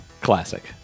classic